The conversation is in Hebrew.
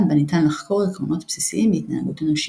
בה ניתן לחקור עקרונות בסיסיים בהתנהגות אנושית.